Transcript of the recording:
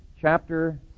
chapter